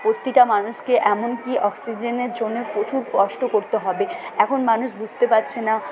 প্রতিটা মানুষকে এমন কি অক্সিজেনের জন্যে প্রচুর কষ্ট করতে হবে এখন মানুষ বুঝতে পারছে না